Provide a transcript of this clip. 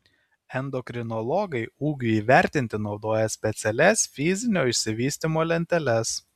endokrinologai ūgiui įvertinti naudoja specialias fizinio išsivystymo lenteles